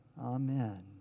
Amen